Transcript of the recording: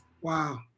Wow